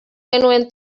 genuen